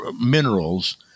minerals